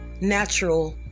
natural